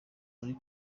muri